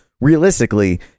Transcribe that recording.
realistically